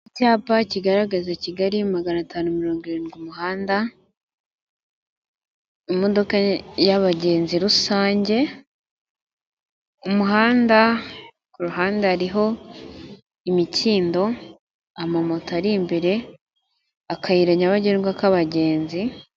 Icyapa kigaragaza Kigali maganatanu mirongo irindwi umuhanda, imodoka yabagenzi rusange, umuhanda kuruhande hariho imikindo, amamoto ari imbere, akayira nyabagendwa k'abagenzi.